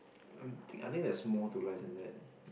um think I think there's more to life than that